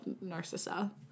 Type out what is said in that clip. Narcissa